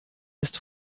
ist